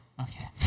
okay